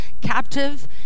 captive